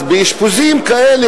אז באשפוזים כאלה,